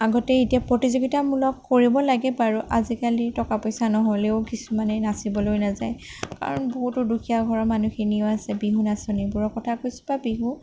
আগতে এতিয়া প্ৰতিযোগীতামূলক কৰিব লাগে বাৰু আজিকালি টকা পইচা নহ'লেও কিছুমানে নাচিবলৈ নাযায় কাৰণ বহুতো দুখীয়া ঘৰৰ মানুহখিনিও আছে বিহু নাচনীবোৰৰ কথা কৈছোঁ বা বিহু